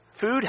Food